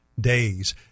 days